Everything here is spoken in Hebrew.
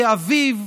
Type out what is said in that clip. כי אביו,